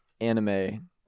anime